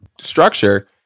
structure